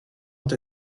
ont